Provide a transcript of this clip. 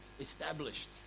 established